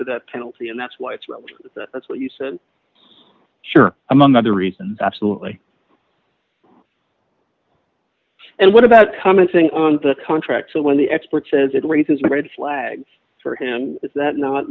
to the penalty and that's why that's what you said sure among other reasons absolutely and what about commenting on the contract when the expert says it raises red flags for him is that not